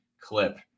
clip